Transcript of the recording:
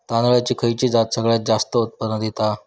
तांदळाची खयची जात सगळयात जास्त उत्पन्न दिता?